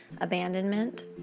abandonment